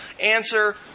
answer